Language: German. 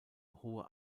hohe